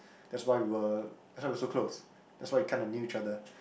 that's why we were that's why we so close that's why kinda knew each other